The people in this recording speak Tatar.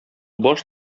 баш